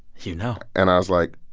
you know and i was like,